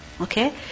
Okay